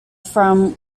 from